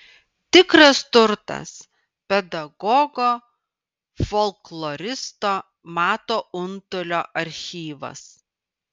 tikras turtas pedagogo folkloristo mato untulio archyvas